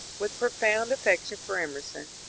with profound affection for emerson,